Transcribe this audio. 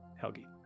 Helgi